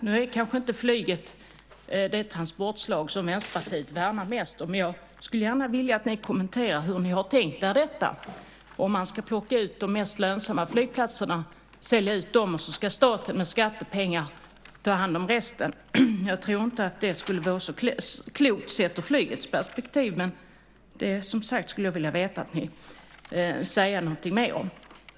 Nu är kanske inte flyget det transportslag som Vänsterpartiet värnar mest om, men jag skulle gärna vilja att ni kommenterar hur ni har tänkt er detta, till exempel om man ska plocka ut de mest lönsamma flygplatserna och sälja ut dem och staten sedan med skattepengar ska ta hand om resten. Jag tror inte att det skulle vara så klokt, sett ur flygets perspektiv, men jag skulle som sagt vilja att ni säger något mer om det.